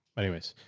anyways,